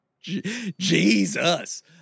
Jesus